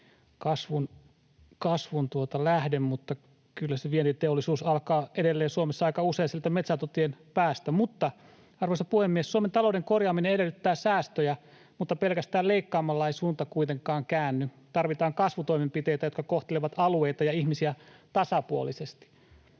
kasvun lähde. Mutta kyllä se vientiteollisuus alkaa edelleen Suomessa aika usein sieltä metsäautotien päästä. Arvoisa puhemies! Suomen talouden korjaaminen edellyttää säästöjä, mutta pelkästään leikkaamalla ei suunta kuitenkaan käänny. Tarvitaan kasvutoimenpiteitä, jotka kohtelevat alueita ja ihmisiä tasapuolisesti.